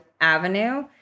avenue –